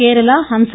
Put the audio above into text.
கேரளா ஹம்ச